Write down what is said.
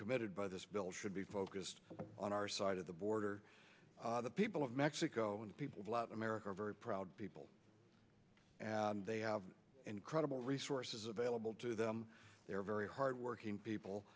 committed by this bill should be focused on our side of the border the people of mexico and people love america are very proud people and they have credible resources available to them they're very hardworking people